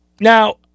now